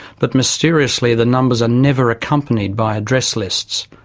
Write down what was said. but mysteriously the numbers are never accompanied by address lists.